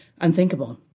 unthinkable